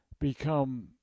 become